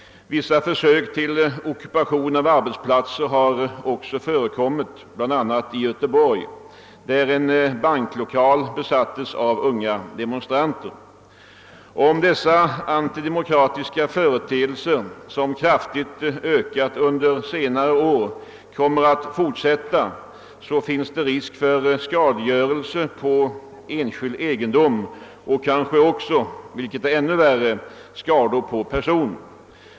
Vissa försök till ockupation av arbetsplatser har också förekommit, bl.a. i Göteborg, där en banklokal besattes av unga demonstranter. Om dessa antidemokratiska företeelser, som kraftigt ökat under senare år, kommer att fortsätta, finns risk för skadegörelse på enskild egendom och kanske också — vilket är ännu värre — skador på person.